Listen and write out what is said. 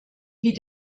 wie